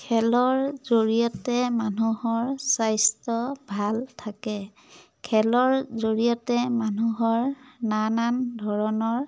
খেলৰ জৰিয়তে মানুহৰ স্বাস্থ্য ভাল থাকে খেলৰ জৰিয়তে মানুহৰ নানান ধৰণৰ